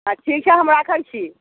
आओर ठीक छै हम राखै छी